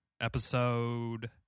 Episode-